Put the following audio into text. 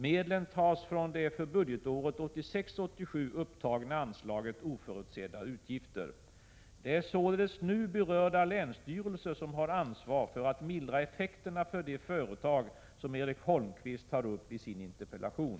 Medlen tas från det för budgetåret 1986/87 upptagna anslaget Oförutsedda utgifter. Det är således nu berörda länsstyrelser som har ansvar för att mildra effekterna för de företag som Erik Holmkvist tar upp i sin interpellation.